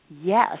yes